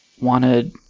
wanted